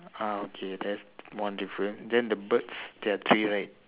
ah okay that's one difference then the birds there are three right